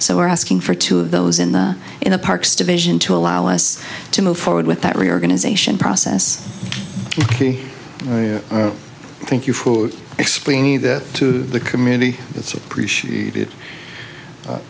so we're asking for two of those in the in the parks division to allow us to move forward with that reorganization process thank you food explaining that to the community it's appreciated